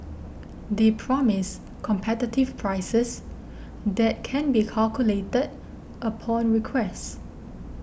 they promise competitive prices that can be calculated upon request